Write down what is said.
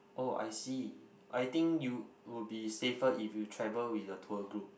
oh I see I think you would be safer if you travel with a tour group